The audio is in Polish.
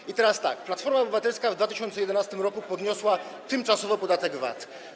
I teraz tak: Platforma Obywatelska w 2011 r. podniosła tymczasowo podatek VAT.